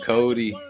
Cody